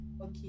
okay